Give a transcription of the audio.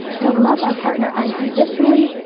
to love our partner unconditionally,